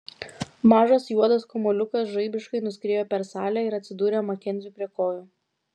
mažas juodas kamuoliukas žaibiškai nuskriejo per salę ir atsidūrė makenziui prie kojų